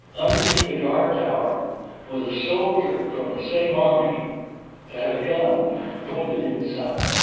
underneath the guard tower was a soldier from the same army that had a gun pointed inside.